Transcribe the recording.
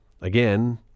again